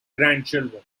grandchildren